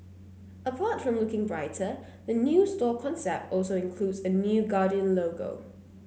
apart from looking brighter the new store concept also includes a new Guardian logo